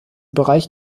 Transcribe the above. bereich